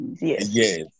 Yes